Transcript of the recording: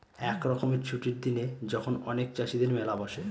এক রকমের ছুটির দিনে যখন অনেক চাষীদের মেলা বসে